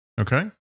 Okay